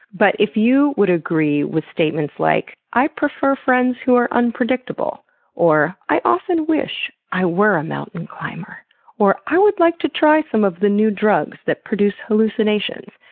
but if you would agree with statements like i prefer friends who are unpredictable or i often wish i were a mountain climber or i would like to try some of the new drugs that produce hallucinations,